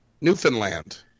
Newfoundland